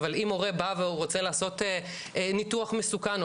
אבל אם הורה בא ורוצה לעשות ניתוח מסוכן,